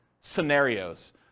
scenarios